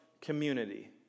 community